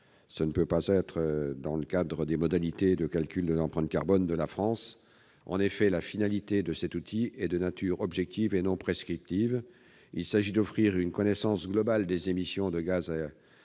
ce ne peut pas être dans le cadre des modalités de calcul de l'empreinte carbone de la France. En effet, la finalité de cet outil est de nature objective, non prescriptive : il s'agit d'offrir une connaissance globale des émissions de gaz à effet